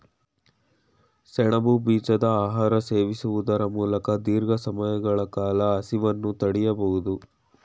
ಸೆಣಬು ಬೀಜದ ಆಹಾರ ಸೇವಿಸುವುದರ ಮೂಲಕ ದೀರ್ಘ ಸಮಯಗಳ ಕಾಲ ಹಸಿವನ್ನು ತಡಿಬೋದು